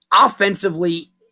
offensively